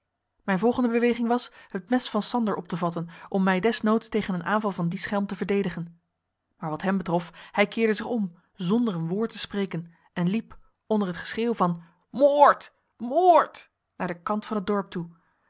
mijn volgende beweging was het mes van sander op te vatten om mij des noods tegen een aanval van dien schelm te verdedigen maar wat hem betrof hij keerde zich om zonder een woord te spreken en liep onder het geschreeuw van moord moord naar den kant van het dorp toe